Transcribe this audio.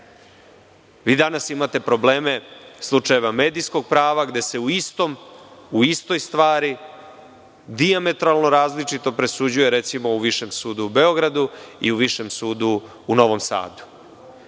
danas imate probleme slučajeva medijskog prava, gde se u istoj stvari dijametralno različito presuđuje u Višem sudu u Beogradu i u Višem sudu u Novom Sadu.